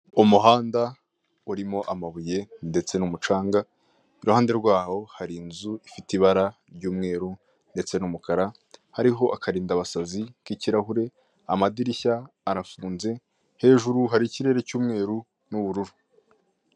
Umuhanda urimo amabuye ndetse n'umucanga. Iruhande rwawo hari inzu ifite ibara ry'umweru ndetse umukara, hariho akarindabasazi k' ikirahure; amadirishya arafunze. Hejuru hari ikirere cy'umweru n'ubururu.